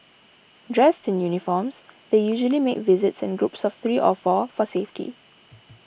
dressed in uniforms they usually make visits in groups of three of four for safety